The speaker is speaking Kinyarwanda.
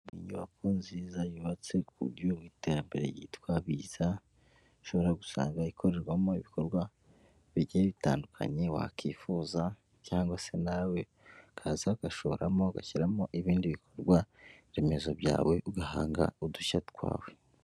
Inyubako nziza yubatse ku buryo bw'iterambere yitwa Biza, ushobora gusanga ikorerwamo ibikorwa bigiye bitandukanye wakwifuza, cyangwa se nawe ukaza ugashoramo ugashyiramo ibindi bikorwa remezo byawe ugahanga udushya twawe.